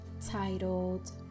titled